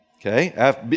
okay